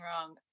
wrong